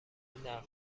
نقدها